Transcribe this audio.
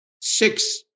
six